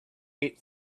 eight